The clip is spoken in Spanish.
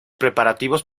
preparativos